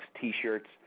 T-shirts